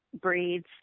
breeds